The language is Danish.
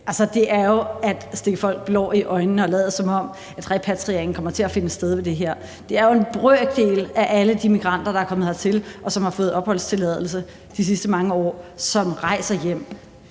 Det er jo at stikke folk blår i øjnene at lade, som om repatriering kommer til at finde sted ved det her. Det er jo en brøkdel af alle de migranter, der er kommet hertil, og som har fået opholdstilladelse de sidste mange år, som rejser hjem